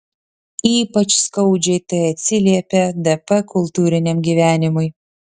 ypač skaudžiai tai atsiliepė dp kultūriniam gyvenimui